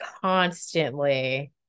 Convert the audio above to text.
constantly